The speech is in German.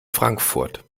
frankfurt